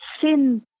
sin